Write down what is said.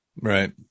Right